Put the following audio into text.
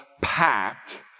packed